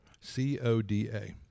C-O-D-A